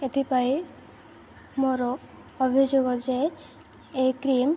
ଏଥିପାଇଁ ମୋର ଅଭିଯୋଗ ଯେ ଏ କ୍ରିମ୍